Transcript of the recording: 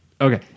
Okay